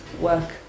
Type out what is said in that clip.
work